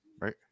right